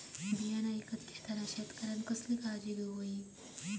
बियाणा ईकत घेताना शेतकऱ्यानं कसली काळजी घेऊक होई?